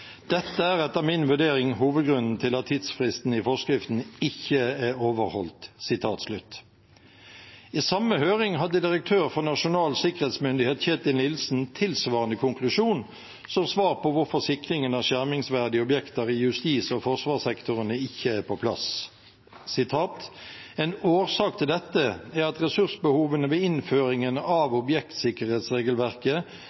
Dette er etter min vurdering hovedgrunnen til at tidsfristen i forskriften ikke er overholdt.» I samme høring hadde direktør for Nasjonal sikkerhetsmyndighet, Kjetil Nilsen, tilsvarende konklusjon som svar på hvorfor sikringen av skjermingsverdige objekter i justis- og forsvarssektorene ikke er på plass: «En årsak til dette er at ressursbehovene ved innføringen av